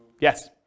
Yes